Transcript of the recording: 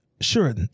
sure